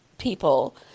people